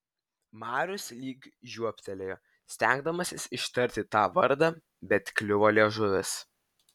marius lyg žioptelėjo stengdamasis ištarti tą vardą bet kliuvo liežuvis